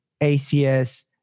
ACS